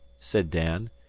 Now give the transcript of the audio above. said dan.